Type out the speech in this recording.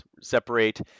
separate